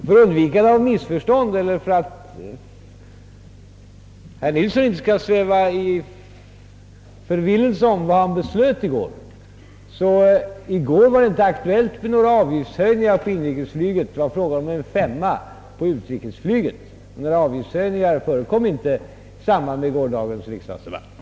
Herr talman! För att herr Nilsson i Agnäs inte skall sväva i okunnighet om vad han beslöt i går vill jag framhålla, att det i går inte var aktuellt med några avgiftshöjningar för inrikesflyget utan det var fråga om fem kronor för utrikesflyget. Det gällde alltså inte några avgiftshöjningar i gårdagens riksdagsdebatt.